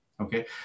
okay